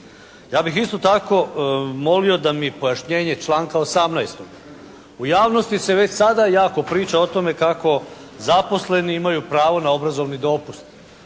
Ja bih isto tako molio da mi pojašnjenje članka 18. U javnosti se već sada jako priča o tome kako zaposleni imaju pravo na obrazovni dopust.